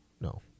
no